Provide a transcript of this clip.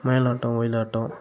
மயிலாட்டம் ஒயிலாட்டம்